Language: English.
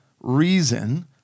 reason